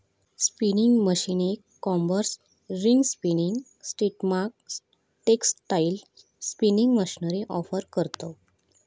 spinning मशीनीक combers, ring spinning सिस्टमाक textile spinning machinery offer करतव